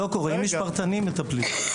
אם יש פרטני, מטפלים.